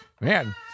Man